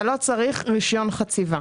אתה לא צריך רישיון חציבה.